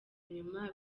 inyuma